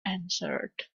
answered